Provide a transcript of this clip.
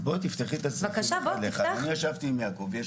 אז בואי תפתחי, אני ישבתי עם יעקב.